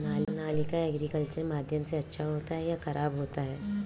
Sonalika agriculture माध्यम से अच्छा होता है या ख़राब होता है?